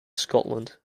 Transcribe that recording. scotland